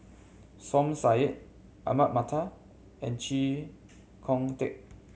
Som Said Ahmad Mattar and Chee Kong Tet